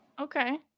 okay